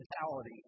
mentality